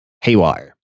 haywire